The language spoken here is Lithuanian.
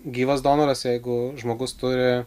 gyvas donoras jeigu žmogus turi